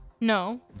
No